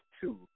two